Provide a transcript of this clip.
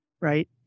right